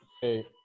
Hey